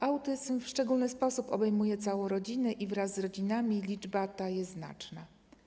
Autyzm w szczególny sposób obejmuje całą rodzinę i wraz z rodzinami liczba ta jest znaczna.